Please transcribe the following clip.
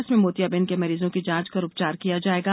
इसमें मोतियाबिंद के मरीजों की जांच कर उपचार किया जायेगा